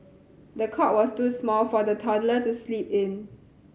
the cot was too small for the toddler to sleep in